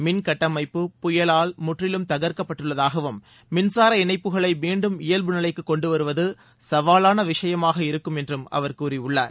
மின் கட்டமைப்பு புயலால் முற்றிலும் தகர்க்கப்பட்டுள்ளதாகவும் மின்சார இணைப்புகளை மீண்டும் இயல்புநிலைக்கு கொண்டுவருவது சவாவான விஷயமாக இருக்கும் என்றும் அவர் கூறியுள்ளார்